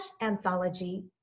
anthology